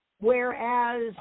whereas